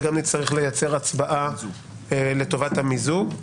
וגם נצטרך לייצר הצבעה לטובת המיזוג.